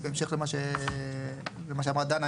בהמשך למה שאמרה דנה.